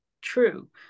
true